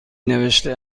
نوشته